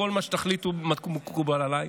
כל מה שתחליטו מקובל עליי.